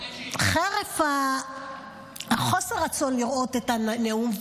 חרף חוסר הרצון לראות את הנאום,